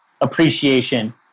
appreciation